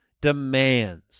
demands